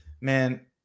man